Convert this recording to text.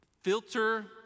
filter